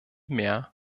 mehr